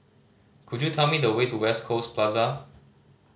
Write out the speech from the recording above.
could you tell me the way to West Coast Plaza